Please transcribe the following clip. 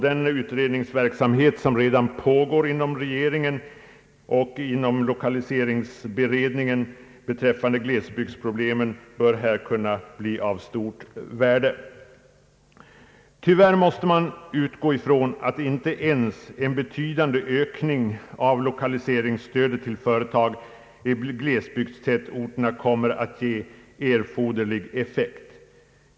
Den utredningsverksamhet, som redan pågår inom regeringen och inom lokaliseringsberedningen beträffande glesbygdsproblemen, bör kunna bli av stort värde. Tyvärr måste man utgå från att inte ens en betydande ökning av lokaliseringsstödet till företag i glesbygdstätorterna kommer att få erforderlig effekt.